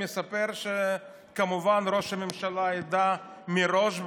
מספר שכמובן ראש הממשלה ידע מראש,